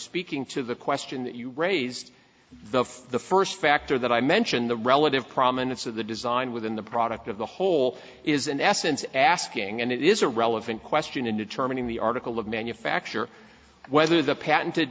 speaking to the question that you raised the the first factor that i mentioned the relative prominence of the design within the product of the whole is in essence asking and it is a relevant question in determining the article of manufacture whether the patented